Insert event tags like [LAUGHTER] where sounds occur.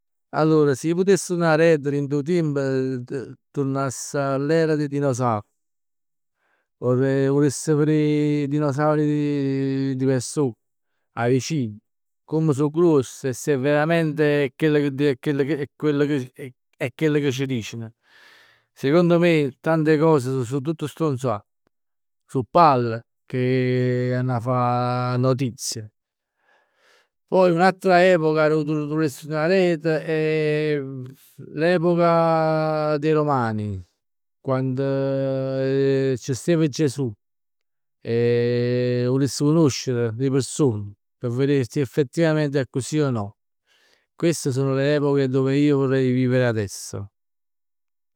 Allora si ij putess turnà aret dint 'o tiemp, [HESITATION] t- turnass a l'era d' 'e dinosauri. Vorrei, vuless verè [HESITATION] 'e dinosauri di persona, 'a vicino. Comm so gruoss e si è verament è chell che, è chell che, è quello che, è chell che ci dicen. Secondo me tante cose so tutt strunzat. So pall, ch'anna [HESITATION] fa notizia. Poi un'altra epoca arò vuless turnà aret, è [HESITATION] l'epoca [HESITATION] dei romani. Quand [HESITATION] ci stev Gesù, [HESITATION] 'o vuless conoscere 'e person. P' verè si effettivamente è accussì o no. Queste sono le epoche dove io vorrei vivere adesso.